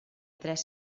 tres